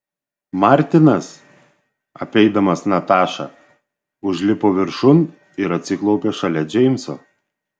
martinas apeidamas natašą užlipo viršun ir atsiklaupė šalia džeimso